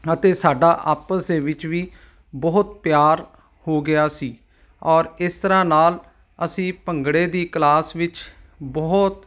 ਅਤੇ ਸਾਡਾ ਆਪਸ ਦੇ ਵਿੱਚ ਵੀ ਬਹੁਤ ਪਿਆਰ ਹੋ ਗਿਆ ਸੀ ਔਰ ਇਸ ਤਰ੍ਹਾਂ ਨਾਲ ਅਸੀਂ ਭੰਗੜੇ ਦੀ ਕਲਾਸ ਵਿੱਚ ਬਹੁਤ